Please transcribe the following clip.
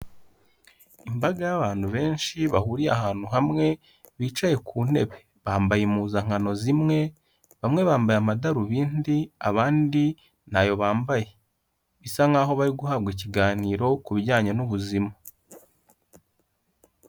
Imbaga y'abantu benshi bahuriye ahantu hamwe bicaye ku ntebe, bambaye impuzankano zimwe bamwe bambaye amadarubindi abandi ntayo bambaye, bisa nkaho bari guhabwa ikiganiro ku bijyanye n'ubuzima.